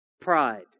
Pride